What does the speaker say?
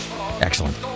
Excellent